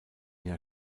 jahr